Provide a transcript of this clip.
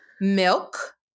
Milk